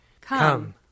Come